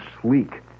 sleek